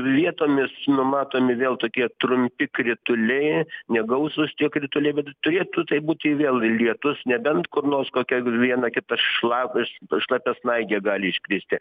vietomis numatomi vėl tokie trumpi krituliai negausūs krituliai bet turėtų taip būti vėl lietus nebent kur nors kokia viena kita šlapios šlapia snaigė gali iškristi